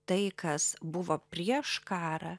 tai kas buvo prieš karą